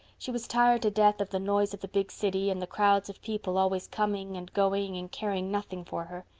she was tired to death of the noise of the big city and the crowds of people always coming and going and caring nothing for her.